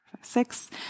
six